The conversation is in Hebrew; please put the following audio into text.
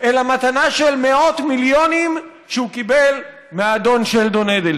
אלא מתנה של מאות מיליונים שהוא קיבל מהאדון שלדון אדלסון.